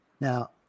now